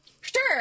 sure